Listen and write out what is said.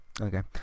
okay